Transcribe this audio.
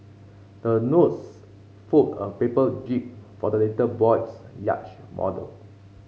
the nurse fold a paper jib for the little boy's yacht model